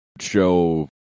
show